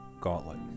gauntlet